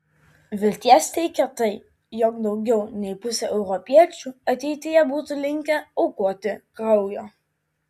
vilties teikia tai jog daugiau nei pusė europiečių ateityje būtų linkę aukoti kraujo